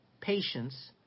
patience